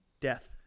Death